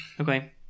Okay